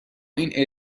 این